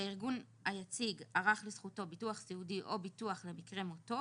שהארגון היציג ערך לזכותו ביטוח סיעודי או ביטוח למקרה מותו,